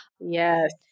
Yes